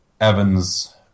Evans